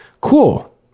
cool